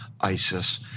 ISIS